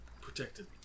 protected